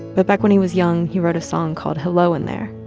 but back when he was young, he wrote a song called hello in there.